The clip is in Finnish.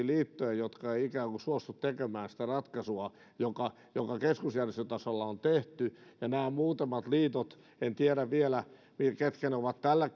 liittoja jotka eivät ikään kuin suostu tekemään sitä ratkaisua joka keskusjärjestötasolla on tehty nämä muutamat liitot en tiedä vielä mitä ne ovat tällä